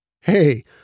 Hey